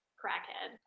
crackhead